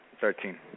Thirteen